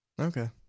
Okay